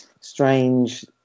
strange